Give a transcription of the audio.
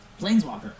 Planeswalker